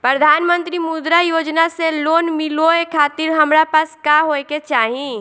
प्रधानमंत्री मुद्रा योजना से लोन मिलोए खातिर हमरा पास का होए के चाही?